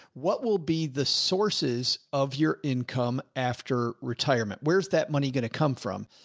what will be the sources of your income after retirement? where's that money gonna come from?